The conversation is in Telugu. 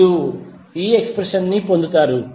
మీరు ఈ ఎక్స్ప్రెషన్ ను పొందుతారు